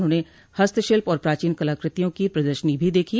उन्होंने हस्तशिल्प और प्राचीन कलाकृतियों की प्रदर्शनी भी देखी